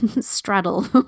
straddle